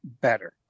better